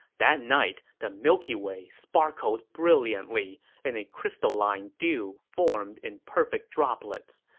that night, the milky way sparkled brilliantly, and a crystalline dew formed in perfect droplets.